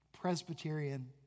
Presbyterian